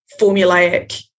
formulaic